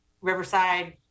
Riverside